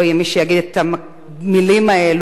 לא יהיה מי שיגיד את המלים האלה,